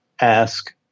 ask